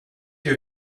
your